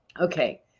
Okay